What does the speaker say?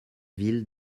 villes